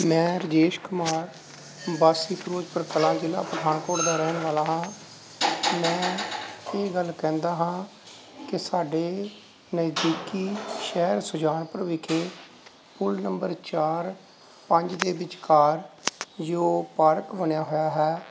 ਮੈਂ ਰਜੇਸ਼ ਕੁਮਾਰ ਵਾਸੀ ਫਿਰੋਜ਼ਪੁਰ ਕਲਾਂ ਜ਼ਿਲ੍ਹਾ ਪਠਾਨਕੋਟ ਦਾ ਰਹਿਣ ਵਾਲਾ ਹਾਂ ਮੈਂ ਇਹ ਗੱਲ ਕਹਿੰਦਾ ਹਾਂ ਕਿ ਸਾਡੇ ਨਜ਼ਦੀਕੀ ਸ਼ਹਿਰ ਸੁਜਾਨਪੁਰ ਵਿਖੇ ਪੁਲ ਨੰਬਰ ਚਾਰ ਪੰਜ ਦੇ ਵਿਚਕਾਰ ਜੋ ਪਾਰਕ ਬਣਿਆ ਹੋਇਆ ਹੈ